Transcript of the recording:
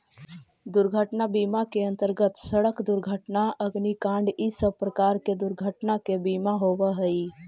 दुर्घटना बीमा के अंतर्गत सड़क दुर्घटना अग्निकांड इ सब प्रकार के दुर्घटना के बीमा होवऽ हई